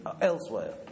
elsewhere